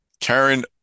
Karen